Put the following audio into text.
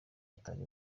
atari